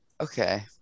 Okay